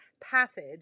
passage